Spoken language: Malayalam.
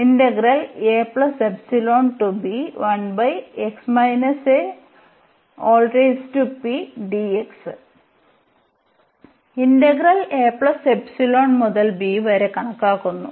ഇന്റഗ്രൽ a ϵ മുതൽ b വരെ കണക്കാക്കുന്നു